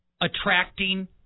attracting